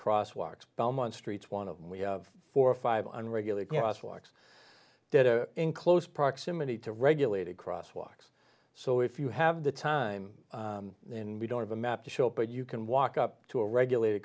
crosswalks belmont streets one of four or five on regular gas walks that are in close proximity to regulated crosswalks so if you have the time then we don't have a map to show but you can walk up to a regulated